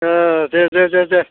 ए दे दे दे